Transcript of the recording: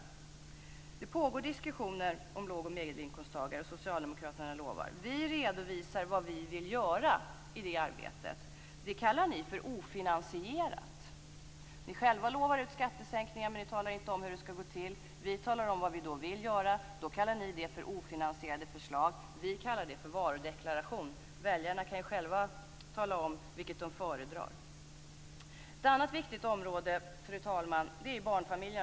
Det pågår diskussioner om låg och medelinkomsttagare, och socialdemokraterna ger löften. Vi redovisar vad vi vill göra i det arbetet. Det kallar ni för ofinansierat. Ni själva lovar ut skattesänkningar, men ni talar inte om hur de skall gå till. När vi talar om vad vi vill göra, kallar ni det för ofinansierade förslag. Vi kallar det för varudeklaration. Väljarna kan ju själva tala om vilket de föredrar. Ett annat viktigt område, fru talman, är barnfamiljerna.